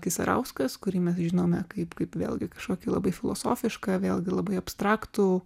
kiserauskas kurį mes žinome kaip kaip vėlgi kažkokį labai filosofišką vėlgi labai abstraktų